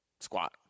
squat